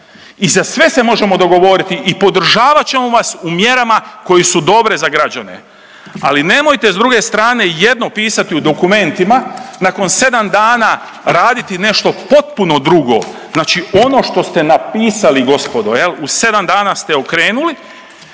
I za sve se možemo dogovoriti i podržavat ćemo vas u mjerama koje su dobre za građane, ali nemojte s druge strane jedno pisati u dokumentima nakon 7 dana raditi nešto potpuno drugo. Znači ono što ste napisali gospodo jel u 7 dana ste okrenuli.